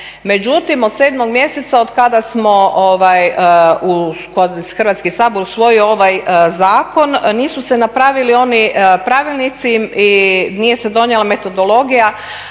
međutim od 7. mjeseca od kada smo, Hrvatski sabor usvojio ovaj zakon, nisu se napravili oni pravilnici i nije se donijela metodologija,